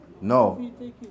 No